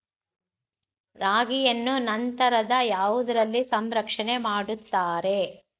ರಾಗಿಯನ್ನು ನಂತರ ಯಾವುದರಲ್ಲಿ ಸಂರಕ್ಷಣೆ ಮಾಡುತ್ತಾರೆ?